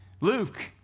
Luke